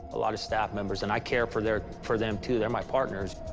a lot of staff members and i care for their, for them too, they're my partners.